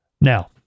Now